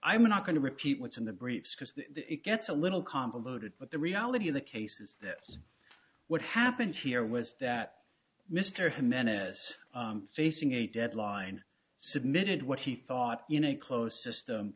i'm not going to repeat what's in the briefs because it gets a little convoluted but the reality of the case is that what happened here was that mr jimenez facing a deadline submitted what he thought in a closed system